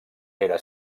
era